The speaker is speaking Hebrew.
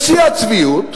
בשיא הצביעות,